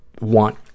want